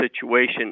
situation